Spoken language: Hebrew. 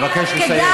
אני מבקש לסיים.